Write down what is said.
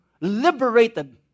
liberated